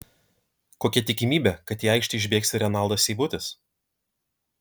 kokia tikimybė kad į aikštę išbėgs ir renaldas seibutis